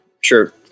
Sure